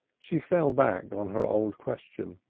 she fell back on her old question.